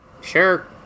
Sure